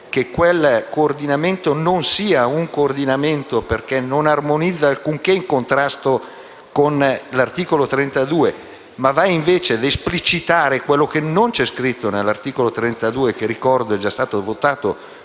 che quel coordinamento non sia tale, perché non armonizza alcunché in contrasto con l'articolo 32, ma va invece ad esplicitare quello che non c'è scritto in tale articolo - che, ricordo, è stato già votato